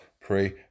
pray